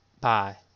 Bye